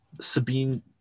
Sabine